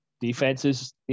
defenses